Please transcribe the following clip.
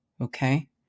Okay